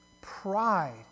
Pride